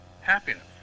happiness